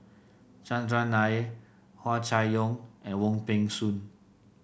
Chandran Nair Hua Chai Yong and Wong Peng Soon